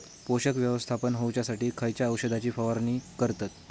पोषक व्यवस्थापन होऊच्यासाठी खयच्या औषधाची फवारणी करतत?